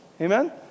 Amen